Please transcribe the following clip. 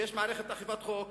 שיש מערכת אכיפת חוק,